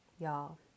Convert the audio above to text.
Y'all